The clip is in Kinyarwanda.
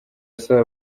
asaba